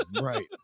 Right